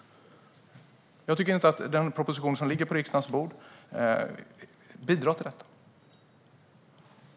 Jag tycker inte att den proposition som ligger på riksdagens bord bidrar till detta.